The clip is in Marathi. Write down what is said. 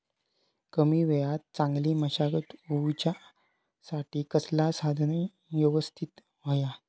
कमी वेळात चांगली मशागत होऊच्यासाठी कसला साधन यवस्तित होया?